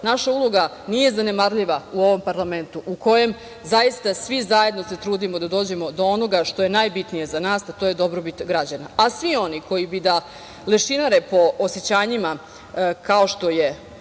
naša uloga nije zanemarljiva u ovom parlamentu u kojem zaista svi zajedno se trudimo da dođemo do onoga što je najbitnije za nas, a to je dobrobit građana, a svi oni koji bi da lešinare po osećanjima, kao što je